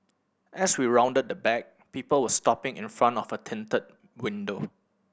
as we rounded the back people were stopping in front of a tinted window